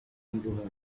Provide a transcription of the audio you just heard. into